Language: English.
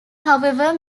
however